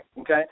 Okay